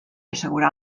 assegurar